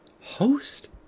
host